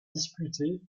disputer